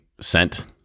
sent